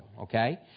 okay